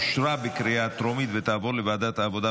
אושרה בקריאה טרומית ותעבור לוועדת העבודה